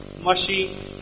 mushy